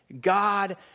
God